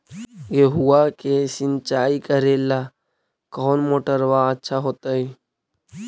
गेहुआ के सिंचाई करेला कौन मोटरबा अच्छा होतई?